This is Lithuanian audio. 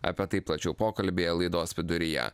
apie tai plačiau pokalbyje laidos viduryje